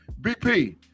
BP